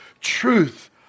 truth